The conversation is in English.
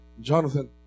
Jonathan